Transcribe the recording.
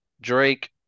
Drake